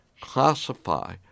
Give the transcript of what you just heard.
classify